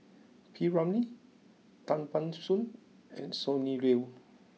P Ramlee Tan Ban Soon and Sonny Liew